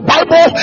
Bible